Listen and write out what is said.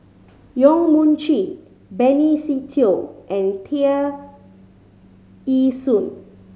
Yong Mun Chee Benny Se Teo and Tear Ee Soon